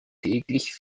täglich